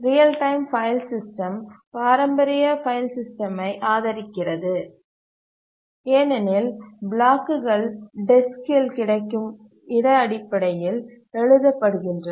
real time file system பாரம்பரிய file சிஸ்டமை ஆதரிக்கிறது ஏனெனில் பிளாக்குகள் டெஸ்க்கில் கிடைக்கும் இட அடிப்படையில் எழுத படுகின்றன